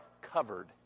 covered